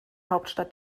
hauptstadt